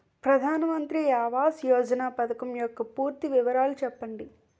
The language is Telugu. ప్రధాన మంత్రి ఆవాస్ యోజన పథకం యెక్క పూర్తి వివరాలు చెప్పండి?